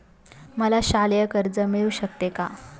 मला शालेय कर्ज मिळू शकते का?